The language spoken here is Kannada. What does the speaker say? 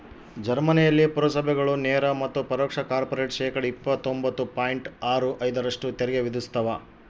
ಜರ್ಮನಿಯಲ್ಲಿ ಪುರಸಭೆಗಳು ನೇರ ಮತ್ತು ಪರೋಕ್ಷ ಕಾರ್ಪೊರೇಟ್ ಶೇಕಡಾ ಇಪ್ಪತ್ತೊಂಬತ್ತು ಪಾಯಿಂಟ್ ಆರು ಐದರಷ್ಟು ತೆರಿಗೆ ವಿಧಿಸ್ತವ